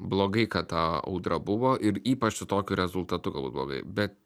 blogai kad ta audra buvo ir ypač su tokiu rezultatu galbūt blogai bet